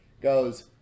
Goes